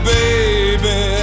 baby